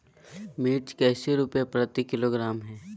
मिर्च कैसे रुपए प्रति किलोग्राम है?